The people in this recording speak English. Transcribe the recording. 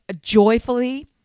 joyfully